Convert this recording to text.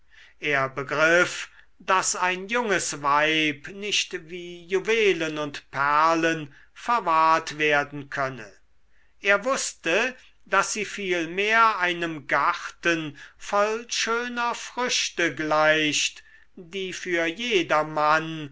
er begriff daß ein junges weib nicht wie juwelen und perlen verwahrt werden könne er wußte daß sie vielmehr einem garten voll schöner früchte gleicht die für jedermann